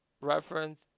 reference